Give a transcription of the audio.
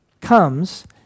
comes